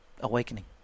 awakening